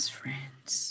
friends